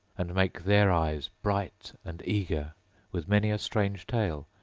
and make their eyes bright and eager with many a strange tale,